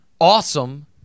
awesome